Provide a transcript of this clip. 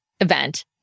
event